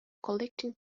collecting